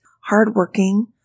hardworking